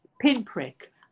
Pinprick